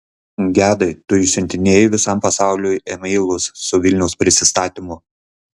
gedai tu išsiuntinėjai visam pasauliui e meilus su vilniaus pristatymu